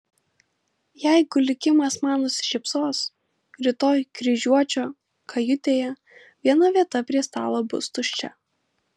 jeigu likimas man nusišypsos rytoj kryžiuočio kajutėje viena vieta prie stalo bus tuščia